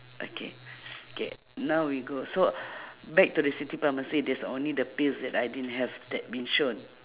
okay okay now we go so back to the city pharmacy there's only the pills that I didn't have that been shown